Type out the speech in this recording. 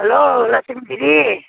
hello Lakshmi दिदी